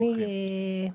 אדוני,